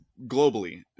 Globally